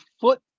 foot